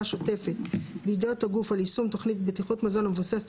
שוטפת בידי אותו גוף על יישום תוכנית בטיחות מזון המבוססת